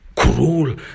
Cruel